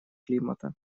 климата